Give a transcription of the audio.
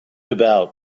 about